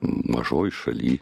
mažoj šaly